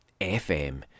FM